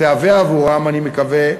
תהווה עבורם, אני מקווה,